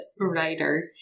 writer